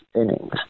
innings